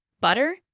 butter